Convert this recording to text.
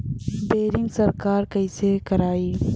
Boring सरकार कईसे करायी?